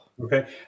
okay